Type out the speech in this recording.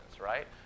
right